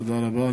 תודה רבה.